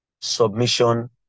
submission